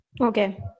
Okay